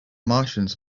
martians